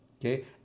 okay